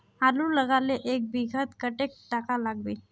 आलूर लगाले एक बिघात कतेक टका लागबे?